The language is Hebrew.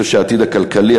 אני חושב שהעתיד הכלכלי,